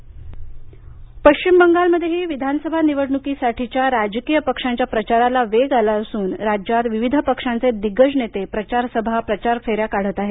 बंगाल प्रचार पश्चिम बंगालमध्ये विधानसभा निवडणुकीसाठीच्या राजकीय पक्षांच्या प्रचाराला वेग आला असून राज्यात विविध पक्षांचे दिग्गज नेते प्रचार सभा प्रचार फेऱ्या काढत आहेत